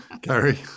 Gary